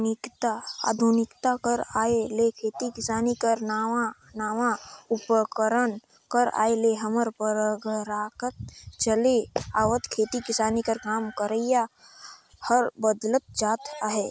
आधुनिकता कर आए ले खेती किसानी कर नावा नावा उपकरन कर आए ले हमर परपरागत चले आवत खेती किसानी कर काम करई हर बदलत जात अहे